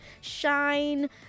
shine